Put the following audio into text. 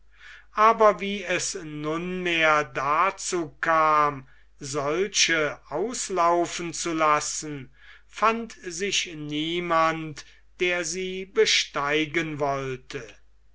aber wie es nunmehr dazu kam solche auslaufen zu lassen fand sich niemand der sie besteigen wollte